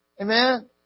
Amen